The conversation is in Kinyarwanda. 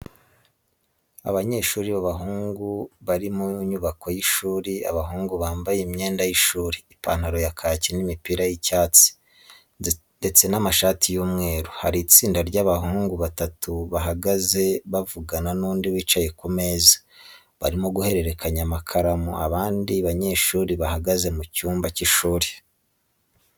Abanyeshuri b’abahungu bari mu nyubako y’ishuri. Abahungu bambaye imyenda y’ishuri, ipantaro ya kake n’imipira y'icyatsi ndetse n'amashati y'umweru. Hari itsinda ry’abahungu batatu bahagaze bavugana n’undi wicaye ku meza, barimo guhererekanya amakaramu. Abandi banyeshuri bahagaze mu cyumba cy'ishuri.